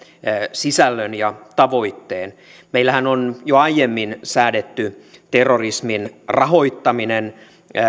sisällön ja tavoitteen meillähän on jo aiemmin säädetty terrorismin rahoittaminen